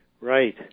Right